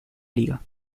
liga